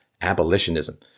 Abolitionism